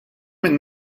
min